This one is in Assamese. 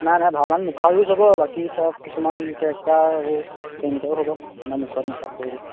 নাই নাই ভাওনাত মুখা ইউজ হ'ব বাকী চব কিছুমান কেৰেক্টাৰ আৰু হ'ব মানে মুখত মেকআপ কৰিব